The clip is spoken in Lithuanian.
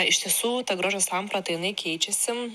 iš tiesų ta grožio samprata jinai keičiasi